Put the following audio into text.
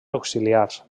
auxiliars